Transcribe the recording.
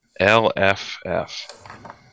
LFF